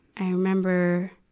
i remember, ah,